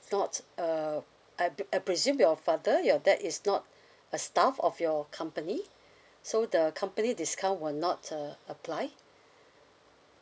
not uh I pre~ I presume your father your dad is not a staff of your company so the company discount will not uh apply